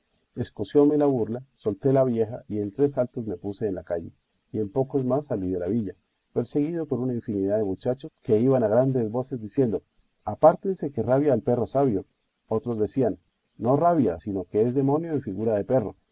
escocióme la burla solté la vieja y en tres saltos me puse en la calle y en pocos más salí de la villa perseguido de una infinidad de muchachos que iban a grandes voces diciendo apártense que rabia el perro sabio otros decían no rabia sino que es demonio en figura de perro